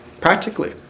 Practically